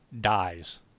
dies